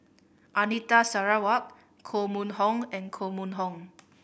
Anita Sarawak Koh Mun Hong and Koh Mun Hong